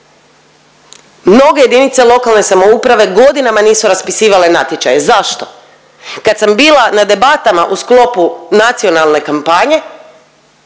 Mnoge jedinice lokalne samouprave godinama nisu raspisivale natječaje? Zašto? Kad sam bila na debatama u sklopu nacionalne kampanje